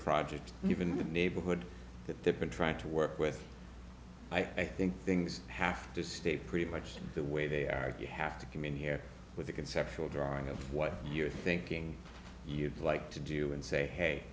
project and even the neighborhood that they've been trying to work with i think things have to stay pretty much the way they are you have to commute here with a conceptual drawing of what you're thinking you'd like to do and say hey